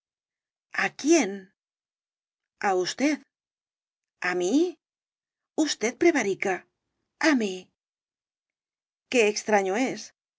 á quién á usted a mí usted prevarica a mí qué extraño es